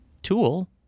tool